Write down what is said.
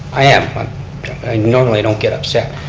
i am. i normally don't get upset.